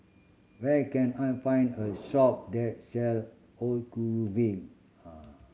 where can I find a shop that sell Ocuvite